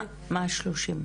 מה 30?